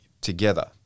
together